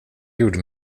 gjorde